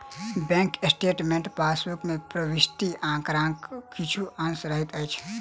bank statement passbook मे प्रविष्ट आंकड़ाक किछु अंश रहैत अछि